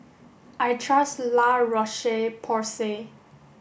I trust La Roche Porsay